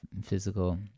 physical